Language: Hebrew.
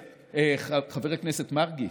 חבר הכנסת מרגי,